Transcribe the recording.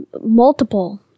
Multiple